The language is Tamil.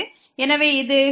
எனவே இது f